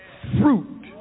fruit